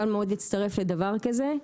קל מאוד להצטרף לדבר כזה,